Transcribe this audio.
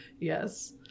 Yes